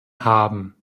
haben